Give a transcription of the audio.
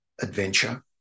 adventure